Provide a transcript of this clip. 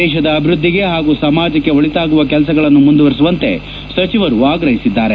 ದೇಶದ ಅಭಿವೃದ್ದಿಗೆ ಹಾಗೂ ಸಮಾಜಕ್ಕೆ ಒಳಿತಾಗುವ ಕೆಲಸಗಳನ್ನು ಮುಂದುವರೆಸುವಂತೆ ಸಚಿವರು ಆಗ್ರಹಿಸಿದ್ದಾರೆ